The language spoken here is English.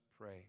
pray